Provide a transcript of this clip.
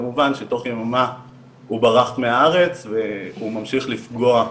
כמובן, שתוך יממה הוא ברח מהארץ והוא ממשיך לפגוע,